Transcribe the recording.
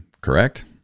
correct